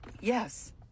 Yes